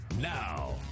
Now